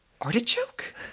artichoke